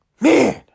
Man